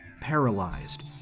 paralyzed